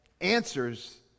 answers